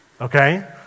okay